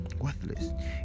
worthless